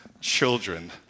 children